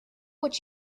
what